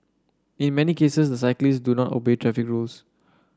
in many cases the cyclists do not obey traffic rules